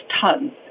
tons